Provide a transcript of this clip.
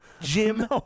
Jim